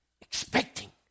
expecting